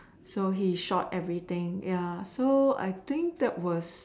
so he shot everything ya so I think that was